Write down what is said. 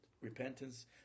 repentance